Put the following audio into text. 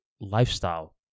lifestyle